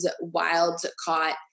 wild-caught